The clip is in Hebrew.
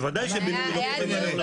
בוודאי שבינוי לא קורה מהיום למחר,